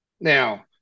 Now